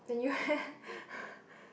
then you eh